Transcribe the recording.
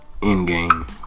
Endgame